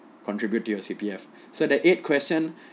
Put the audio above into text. contribute to your C_P_F so the eighth question